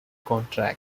contract